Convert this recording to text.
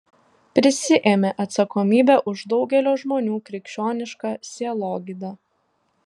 prisiėmė atsakomybę už daugelio žmonių krikščionišką sielogydą